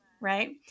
right